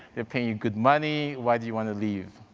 they're paying you good money. why do you want to leave?